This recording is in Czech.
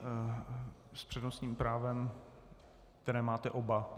S přednostním právem, které máte oba...